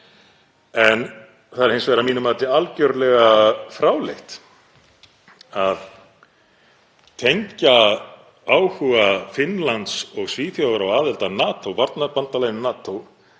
En það er hins vegar að mínu mati algerlega fráleitt að tengja áhuga Finnlands og Svíþjóðar á aðild að varnarbandalaginu NATO